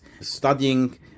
studying